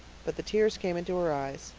but the tears came into her eyes.